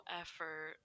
effort